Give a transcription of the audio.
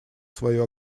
свою